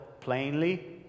plainly